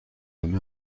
nommée